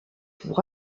pour